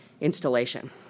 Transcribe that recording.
installation